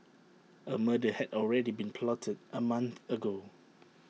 A murder had already been plotted A month ago